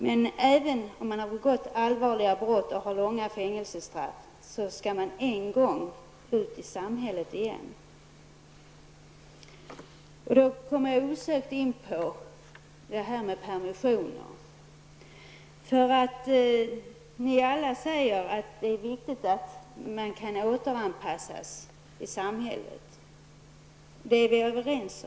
Men den som har begått allvarliga brott och som har tilldömts fängelse under en lång tid kommer ju förr eller senare ut i samhället. I det sammanhanget kommer jag osökt att tänka på det här med permissioner. Alla här säger att det är viktigt med återanpassningen i samhället. På den punkten är vi överens.